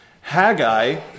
Haggai